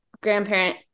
grandparent